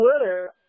Twitter